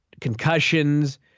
concussions